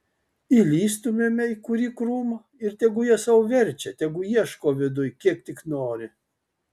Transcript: įlįstumėme į kurį krūmą ir tegu jie sau verčia tegu ieško viduj kiek tik nori